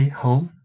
home